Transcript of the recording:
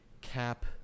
cap